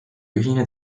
ühine